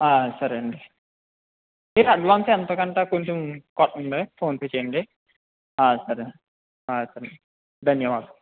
సరేనండి మీరు అడ్వాన్స్ ఎంతో కొంత కొంచెం కొట్టండి ఫోన్ పే చెయ్యండి సరే సరే ధన్యవాదం